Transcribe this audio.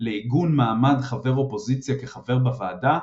לעיגון מעמד חבר אופוזיציה כחבר בוועדה,